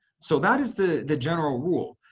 so that is the the general rule.